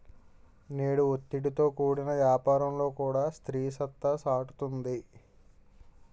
నేడు ఒత్తిడితో కూడిన యాపారంలో కూడా స్త్రీ సత్తా సాటుతుంది